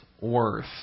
worth